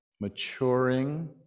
maturing